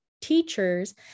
teachers